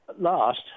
last